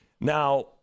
Now